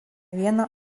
vieną